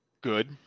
good